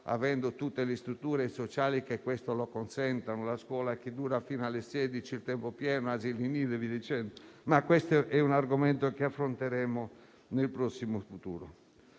avendo tutte le strutture sociali che consentano questo (la scuola che dura fino alle 16, il tempo pieno, gli asili nido). Ma questo è un argomento che affronteremo nel prossimo futuro.